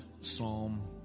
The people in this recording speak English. Psalm